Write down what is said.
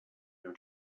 your